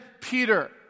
Peter